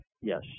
Yes